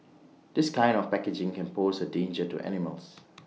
this kind of packaging can pose A danger to animals